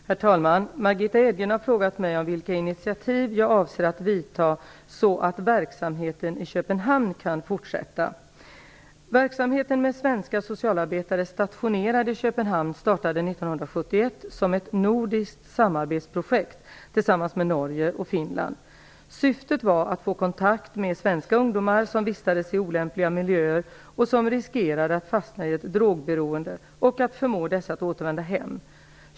Herr talman! Margitta Edgren har frågat mig om vilka initiativ jag avser att vidta så att verksamheten i Köpenhamn kan fortsätta. Verksamheten med svenska socialarbetare stationerade i Köpenhamn startade år 1971 som ett nordiskt samarbetsprojekt tillsammans med Norge och Finland. Syftet var att få kontakt med svenska ungdomar som vistades i olämpliga miljöer och som riskerade att fastna i ett drogberoende och att förmå dem att återvända hem.